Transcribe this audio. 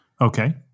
Okay